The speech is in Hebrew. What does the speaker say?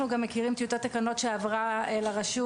אנחנו גם מכירים טיוטת תקנות שעברה לרשות